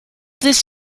this